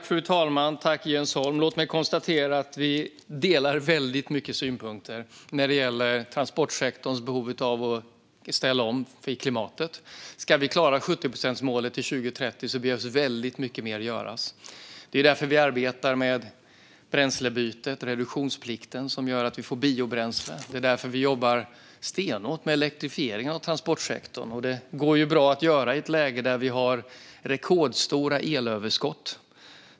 Fru talman! Tack, Jens Holm! Låt mig konstatera att vi delar väldigt många synpunkter när det gäller transportsektorns behov av att ställa om för klimatet. Ska vi klara 70-procentsmålet till 2030 behövs väldigt mycket mer göras. Det är därför vi arbetar med bränslebytet, reduktionsplikten, som gör att vi får biobränsle. Det är därför som vi jobbar stenhårt med elektrifiering av transportsektorn. Det går bra att göra i ett läge där vi har rekordstora elöverskott.